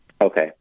Okay